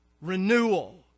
renewal